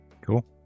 Cool